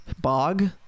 bog